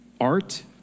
Art